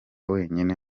wenyine